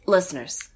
Listeners